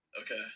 Okay